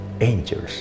angels